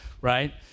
right